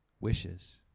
wishes